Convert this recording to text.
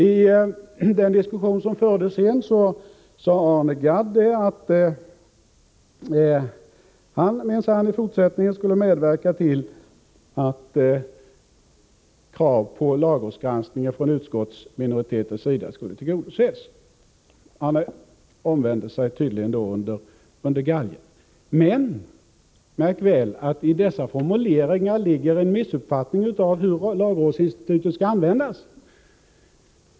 I den diskussion som fördes sedan sade Arne Gadd att han minsann i fortsättningen skulle medverka till att krav på lagrådsgranskning från utskottsminoritetens sida skulle tillgodoses. Han omvände sig tydligen under galgen. Men, märk väl, i dessa formuleringar ligger en missuppfattning av hur lagrådsinstitutet skall användas.